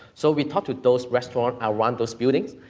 so, we talked to those restaurants around those buildings,